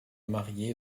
marié